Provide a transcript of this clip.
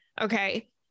Okay